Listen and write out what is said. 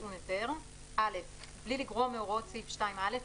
טעון היתר 9. בלי לגרוע מהוראות סעיף 2(א),